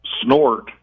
snort